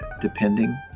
depending